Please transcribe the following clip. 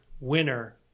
winner